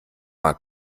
mal